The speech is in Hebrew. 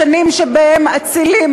לשנים שבהן אצילים,